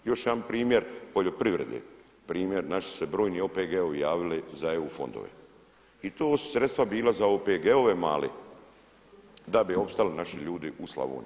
Još jedan primjer poljoprivrede, primjer, naši su se brojni OPG-ovi javili za EU fondove i to su sredstva bila za OPG-ove male da bi opstali naši ljudi u Slavoniji.